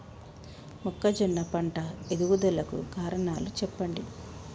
మొక్కజొన్న పంట ఎదుగుదల కు కారణాలు చెప్పండి?